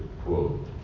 quote